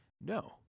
No